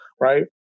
right